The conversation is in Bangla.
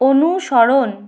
অনুসরণ